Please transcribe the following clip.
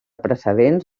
precedents